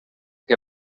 que